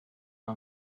mae